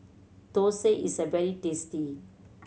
thosai is very tasty